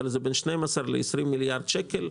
אבל זה בין 12 ל-20 מיליארד שקל,